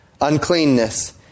uncleanness